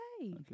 Okay